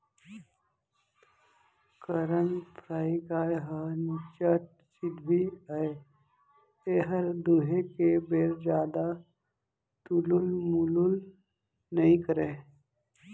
करन फ्राइ गाय ह निच्चट सिधवी अय एहर दुहे के बेर जादा तुलुल मुलुल नइ करय